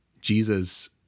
Jesus